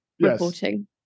reporting